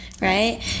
right